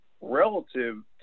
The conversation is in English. relative